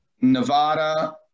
Nevada